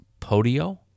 Podio